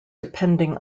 depending